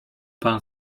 pan